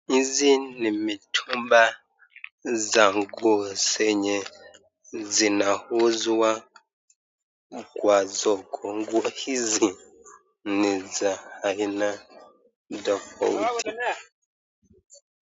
Hizi ni mitumba za nguo zenye zinauzwa kwa soko nguo hizi ni za bei tofauti tofauti.